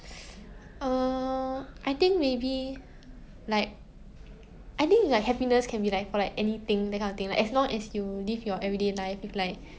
err I think maybe like I think like happiness can be like for like anything that kind of thing like as long as you live your everyday life with like